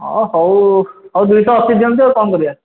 ହଁ ହଉ ହଉ ଦୁଇଶହ ଅଶୀ ଦିଅନ୍ତୁ ଆଉ କ'ଣ କରିବା